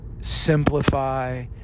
simplify